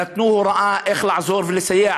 נתנו הוראה איך לעזור ולסייע,